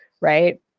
right